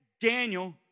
Daniel